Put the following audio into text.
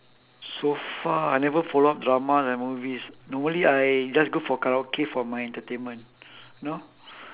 so far I never follow up drama and movies normally I just go for karaoke for my entertainment you know